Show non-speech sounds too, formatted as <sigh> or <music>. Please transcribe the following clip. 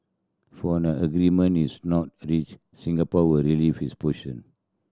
for an agreement is not reached Singapore will review its <unintelligible>